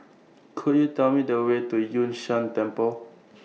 Could YOU Tell Me The Way to Yun Shan Temple